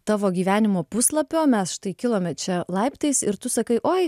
tavo gyvenimo puslapio mes štai kilome čia laiptais ir tu sakai oi